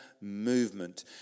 movement